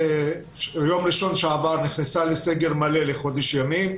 ביום ראשון שעבר הולנד נכנסה לסגר מלא לחודש ימים,